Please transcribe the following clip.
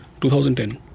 2010